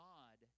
God